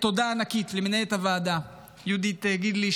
תודה ענקית למנהלת הוועדה יהודית גידלי,